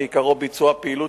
שעיקרו ביצוע פעילות